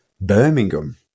birmingham